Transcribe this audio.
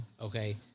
Okay